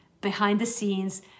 behind-the-scenes